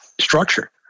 structure